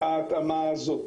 ההתאמה הזאת.